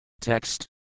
Text